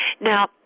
Now